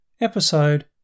episode